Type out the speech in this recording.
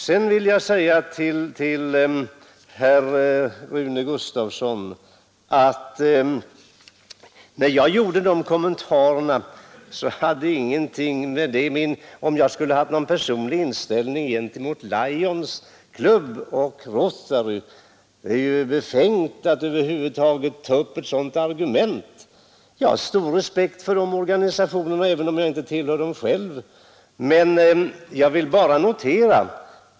Sedan vill jag säga till herr Rune Gustavsson att mina kommentarer inte färgades av någon personlig inställning till Lions och Rotary. Det är befängt att över huvud taget ta upp ett sådant argument. Jag har stor respekt för de organisationerna, även om jag själv inte tillhör dem.